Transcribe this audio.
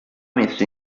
messo